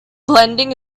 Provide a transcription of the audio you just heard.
blending